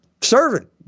servant